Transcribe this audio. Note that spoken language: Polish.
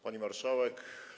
Pani Marszałek!